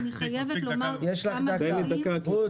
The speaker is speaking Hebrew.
יש לך דקה, רות.